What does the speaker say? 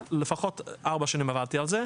לפחות ארבע שנים עבדתי על זה,